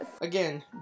Again